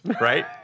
right